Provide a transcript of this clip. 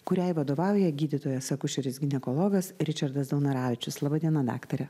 kuriai vadovauja gydytojas akušeris ginekologas ričardas daunoravičius laba diena daktare